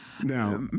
Now